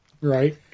Right